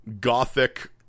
gothic